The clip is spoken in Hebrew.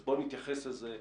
אז בואו נתייחס לזה ככה,